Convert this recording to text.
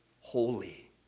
holy